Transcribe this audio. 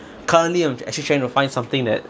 currently I'm actually trying to find something that